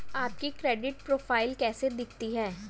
आपकी credit profile कैसी दिखती है?